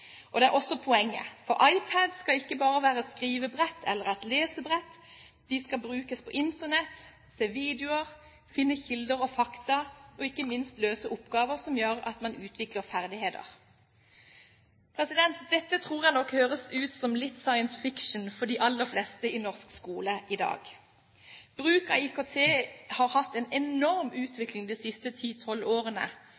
Det er også poenget, for iPad skal ikke bare være et skrivebrett eller et lesebrett, den skal brukes på Internett, til å se videoer, til å finne kilder og fakta, og ikke minst til å løse oppgaver som gjør at man utvikler ferdigheter. Dette tror jeg nok høres ut som litt science fiction for de aller fleste i norsk skole i dag. Bruk av IKT har hatt en enorm